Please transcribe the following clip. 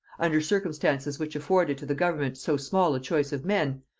under circumstances which afforded to the government so small a choice of men,